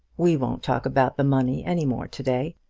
we won't talk about the money any more to-day.